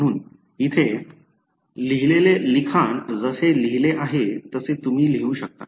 म्हणून इथे लिहिलेले लिखाण जसे लिहिले आहे तसे तुम्ही लिहू शकता